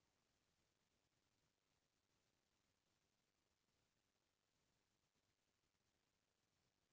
आने फसल कस फूल मन म घलौ किसम किसम के बेमारी होथे